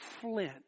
flint